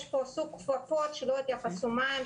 יש פה סוג כפפות שלא התייחסו מה הן,